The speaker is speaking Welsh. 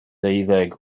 deuddeg